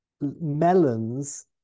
melons